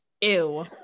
ew